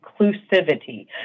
inclusivity